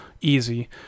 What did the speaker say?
easy